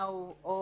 נתניהו או